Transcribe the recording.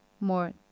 more